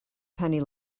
penny